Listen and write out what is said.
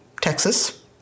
Texas